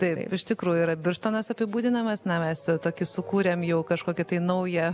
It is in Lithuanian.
taip iš tikrųjų yra birštonas apibūdinamas na mes tokį sukūrėm jau kažkokį tai naują